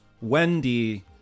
Wendy